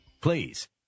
please